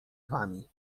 wami